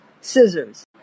scissors